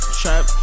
trap